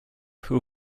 who